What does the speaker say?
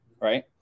right